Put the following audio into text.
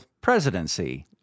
presidency